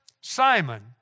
Simon